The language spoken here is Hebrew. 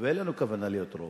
ואין לנו כוונה להיות רוב.